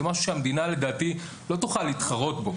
זה משהו שהמדינה לדעתי לא תוכל להתחרות בו.